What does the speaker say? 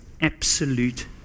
absolute